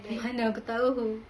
dekat lah tu mana aku tahu